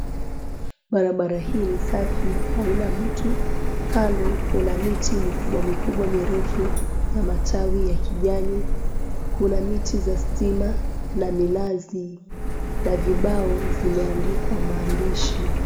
Barabara hii ni safi haina mtu, kando kuna miti mikubwa mikubwa mirefu ya matawi ya kijani. Kuna miti za stima na minazi na vibao zimeandikwa maandishi.